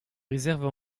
réserves